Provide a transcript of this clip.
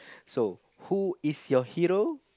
so who is your hero